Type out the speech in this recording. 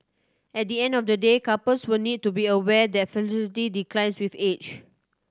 at the end of the day couples will need to be aware that fertility declines with age